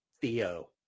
Theo